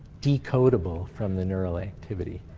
decodable from the neural activity.